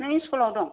नों स्कुलाव दं